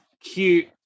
Cute